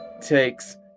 takes